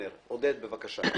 עודד, בבקשה.